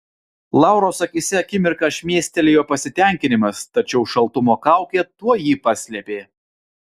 lauros akyse akimirką šmėstelėjo pasitenkinimas tačiau šaltumo kaukė tuoj jį paslėpė